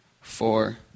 four